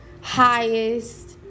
highest